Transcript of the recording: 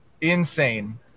insane